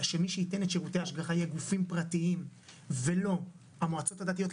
אלא שמי שייתן את שירותי ההשגחה יהיה גופים פרטיים ולא המועצות הדתיות,